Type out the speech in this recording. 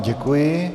Děkuji.